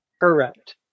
correct